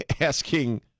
Asking